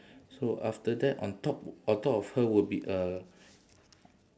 so after that on top on top of her would be a